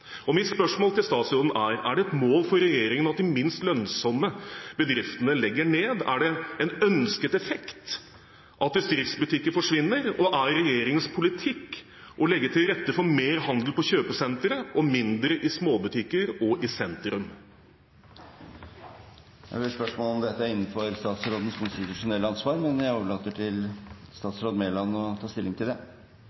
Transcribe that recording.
Mitt spørsmål til statsråden er: Er det et mål for regjeringen at de minst lønnsomme bedriftene legger ned? Er det en ønsket effekt at distriktsbutikker forsvinner? Og: Er regjeringens politikk å legge til rette for mer handel på kjøpesentre og mindre i småbutikker og i sentrum? Det er vel et spørsmål om dette er innenfor statsrådens konstitusjonelle ansvar, men jeg overlater til statsråd Mæland å ta stilling til det.